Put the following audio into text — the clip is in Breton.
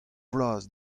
vloaz